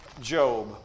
Job